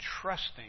trusting